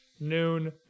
Noon